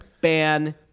ban